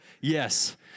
Yes